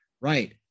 right